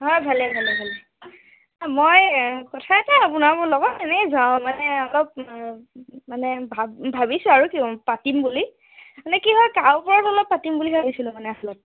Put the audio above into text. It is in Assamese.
হয় ভালে ভালে ভালে মই কথা এটা মানে ভাব ভাবিছো আৰু পাতিম বুলি মানে কি হয় কা ওপৰত অলপ পাতিম বুলি ভাবিছিলো আচলত